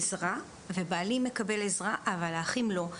עזרה ובעלי מקבל עזרה אבל האחים לא.